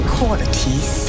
qualities